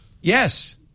Yes